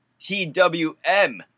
TWM